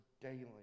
daily